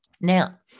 Now